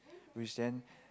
which then